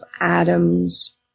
atoms